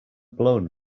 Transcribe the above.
blown